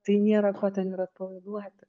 tai nėra ko ten ir atpalaiduoti